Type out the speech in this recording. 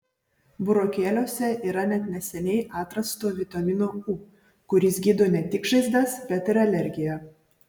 burokėliuose yra net neseniai atrasto vitamino u kuris gydo ne tik žaizdas bet ir alergiją